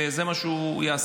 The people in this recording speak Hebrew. וזה מה שהוא יעשה,